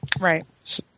Right